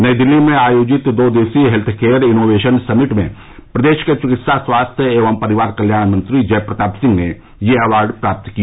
नई दिल्ली में आयोजित दो दिवसीय हेल्थकेयर इनोवेशन समिट में प्रदेश के चिकित्सा स्वास्थ्य एवं परिवार कल्याण मंत्री जय प्रताप सिंह ने यह अवार्ड प्राप्त किया